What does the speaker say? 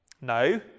No